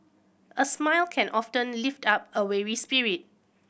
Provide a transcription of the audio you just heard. a smile can often lift up a weary spirit